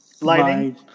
Lighting